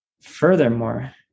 furthermore